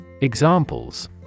Examples